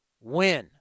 Win